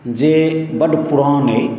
जे बड्ड पुरान अछि